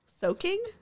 Soaking